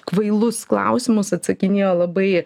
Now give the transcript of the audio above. kvailus klausimus atsakinėjo labai